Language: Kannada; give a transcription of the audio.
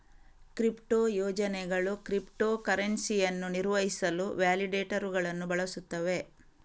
ಕ್ರಿಪ್ಟೋ ಯೋಜನೆಗಳು ಕ್ರಿಪ್ಟೋ ಕರೆನ್ಸಿಯನ್ನು ನಿರ್ವಹಿಸಲು ವ್ಯಾಲಿಡೇಟರುಗಳನ್ನು ಬಳಸುತ್ತವೆ